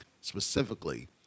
specifically